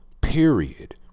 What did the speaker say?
Period